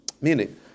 Meaning